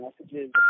messages